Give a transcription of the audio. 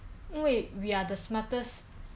因为 we are the smartest